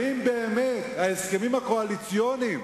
האם באמת ההסכמים הקואליציוניים